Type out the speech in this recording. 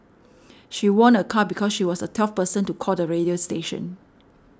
she won a car because she was a twelfth person to call the radio station